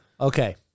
Okay